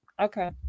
Okay